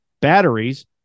batteries